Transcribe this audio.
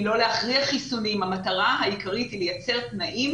היא לא להכריח לעשות חיסונים אלא המטרה העיקרית היא לייצר תנאים